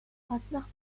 traquenard